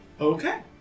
Okay